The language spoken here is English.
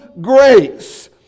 grace